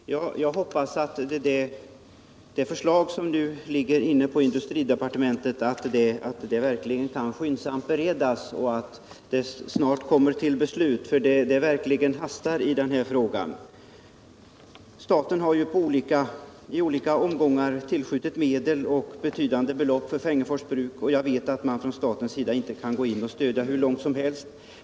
Herr talman! Jag hoppas att det förslag som nu ligger på industridepartementet skyndsamt kan beredas och att det snart kommer till beslut. Det hastar verkligen i denna fråga. Staten har i olika omgångar tillskjutit pengar till Fengersfors Bruk, och jag vet att staten inte kan stödja ett företag hur långt som helst.